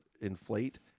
inflate